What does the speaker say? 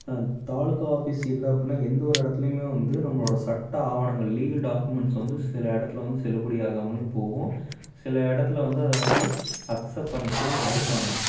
taluka office இல்லை அப்டினா எந்த ஒரு இடத்துலையுமே வந்து நம்மளோட சட்ட ஆவணங்கள் லீகல் டாக்குமெண்ட்ஸ் வந்து சில இடத்துல வந்து செல்லுப்படியாகமலும் போகும் சில இடத்துல வந்து அதை வந்து அக்ஸெப்ட் பண்ணிக்கவும் மறுப்பாங்க